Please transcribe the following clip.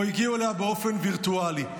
או הגיעו אליה באופן וירטואלי.